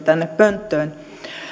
tänne pönttöön